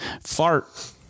fart